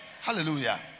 Hallelujah